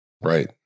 Right